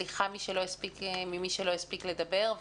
סליחה ממי שלא הספיק לדבר.